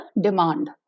demand